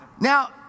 Now